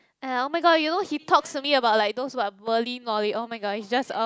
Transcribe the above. !aiya! oh-my-god you know he talks to me about like those what oh-my-god he's just ugh